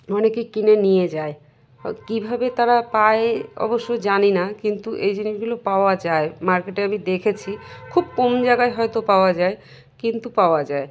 অনেকে কিনে নিয়ে যায় কীভাবে তারা পায় অবশ্য জানি না কিন্তু এই জিনিসগুলো পাওয়া যায় মার্কেটে আমি দেখেছি খুব কম জায়গায় হয়তো পাওয়া যায় কিন্তু পাওয়া যায়